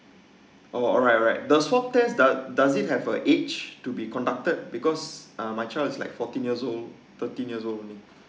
oh alright alright the swab test does does it have a age to be conducted because um my child like fourteen years old thirteen years old only